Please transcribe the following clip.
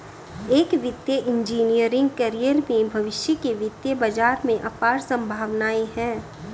एक वित्तीय engineering career में भविष्य के वित्तीय बाजार में अपार संभावनाएं हैं